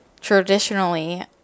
traditionally